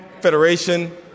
Federation